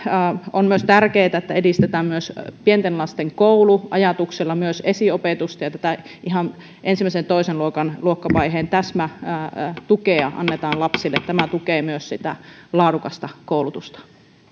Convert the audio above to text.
on myös tärkeätä että edistetään myös pienten lasten koulu ajatuksella myös esiopetusta ja tätä ihan ensimmäisen ja toisen luokan luokkavaiheen täsmätukea annetaan lapsille tämä tukee myös sitä laadukasta koulutusta